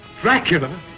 Dracula